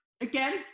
again